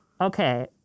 Okay